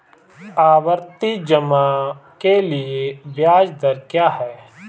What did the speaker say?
आवर्ती जमा के लिए ब्याज दर क्या है?